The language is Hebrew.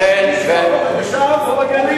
מי שיהפוך את זה שם,